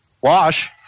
Wash